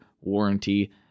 warranty